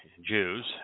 Jews